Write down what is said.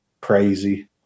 Crazy